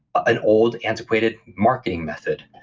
an old, antiquated marketing method,